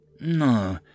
No